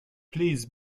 please